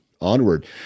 onward